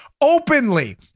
openly